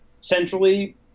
centrally